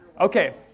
Okay